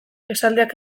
esaldiak